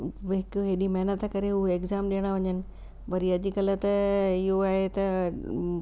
हिकु हेॾी महिनत करे हू एग्जाम ॾियण वञनि वरी अॼुकल्ह त इहो आहे त